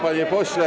Panie pośle.